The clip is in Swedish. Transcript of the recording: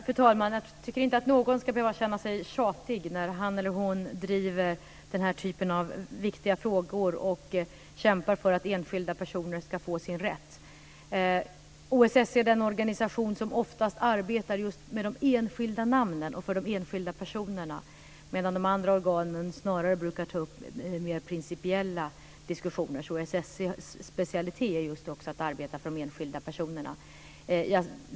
Fru talman! Jag tycker inte att någon ska behöva känna sig tjatig när han eller hon driver den här typen av viktiga frågor och kämpar för att enskilda personer ska få sin rätt. OSSE är den organisation som oftast arbetar just med de enskilda namnen och för de enskilda personerna, medan de andra organen snarare brukar ta upp mer principiella diskussioner. OSSE:s specialitet är just att arbeta för de enskilda personerna.